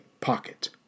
pocket